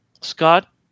Scott